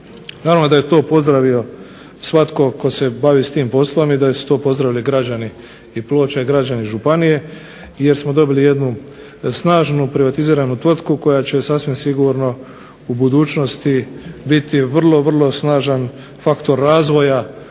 Naravno da je to pozdravio svatko tko se bavi ovim poslom i da su to pozdravili građani Ploča i građani županije jer smo dobili jednu snažnu privatiziranu tvrtku koja će sasvim sigurno u budućnosti biti vrlo snažan faktor razvoja